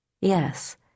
Yes